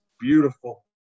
beautiful